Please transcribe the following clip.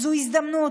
זו ההזדמנות,